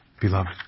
beloved